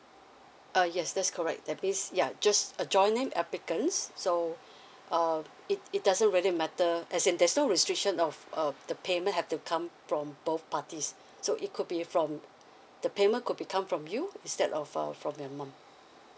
uh yes that's correct that means yeah just adjoining applicants so um it it doesn't really matter as in there's no restriction of uh the payment have to come from both parties so it could be from the payment could become from you instead of uh from your